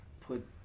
put